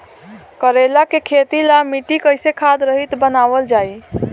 करेला के खेती ला मिट्टी कइसे खाद्य रहित बनावल जाई?